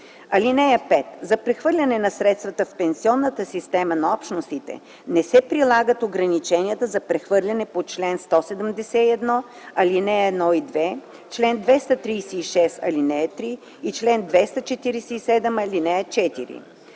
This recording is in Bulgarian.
(5) За прехвърляне на средства в пенсионната схема на Общностите не се прилагат ограниченията за прехвърляне по чл. 171, ал.1 и 2, чл. 236, ал. 3 и чл. 247, ал.4.